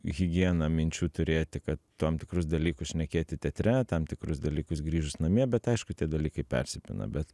higieną minčių turėti kad tam tikrus dalykus šnekėti teatre tam tikrus dalykus grįžus namie bet aišku tie dalykai persipina bet